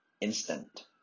instant